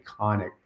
iconic